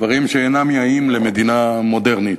דברים שאינם יאים למדינה מודרנית.